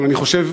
אבל אני חושב,